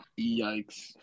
Yikes